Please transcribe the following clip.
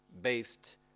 based